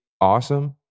awesome